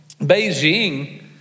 Beijing